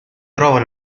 trova